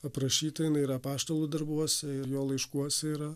aprašyta jinai ir apaštalų darbuose ir jo laiškuose yra